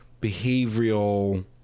Behavioral